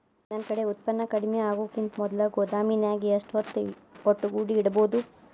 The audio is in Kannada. ನನ್ ಕಡೆ ಉತ್ಪನ್ನ ಕಡಿಮಿ ಆಗುಕಿಂತ ಮೊದಲ ಗೋದಾಮಿನ್ಯಾಗ ಎಷ್ಟ ಹೊತ್ತ ಒಟ್ಟುಗೂಡಿ ಇಡ್ಬೋದು?